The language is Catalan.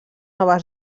nova